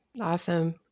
Awesome